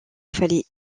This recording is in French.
fallait